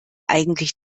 eigentlich